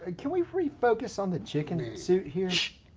can we refocus on the chicken suit here? shhh!